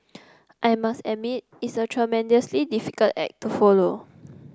I must admit it's a tremendously difficult act to follow